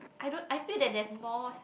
I don't I feel that there's more